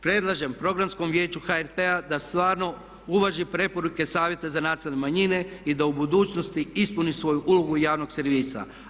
Predlažem programskom vijeću HRT-a da stvarno uvaži preporuke savjeta za nacionalne manjine i da u budućnosti ispuni svoju ulogu javnog servisa.